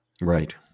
Right